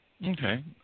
Okay